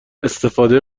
استفاده